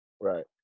right